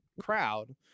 crowd